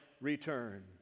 return